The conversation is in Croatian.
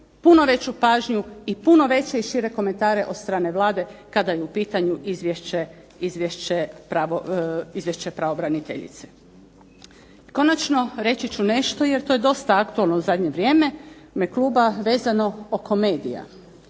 puno veću pažnju i puno veće i šire komentare od strane Vlade kada je u pitanju izvješće pravobraniteljice. I konačno, reći ću nešto jer to je dosta aktualno u zadnje vrijeme u ime kluba vezano oko medija.